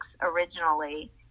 originally